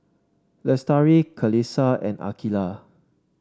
Lestari Qalisha and Aqilah